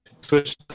Switch